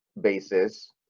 basis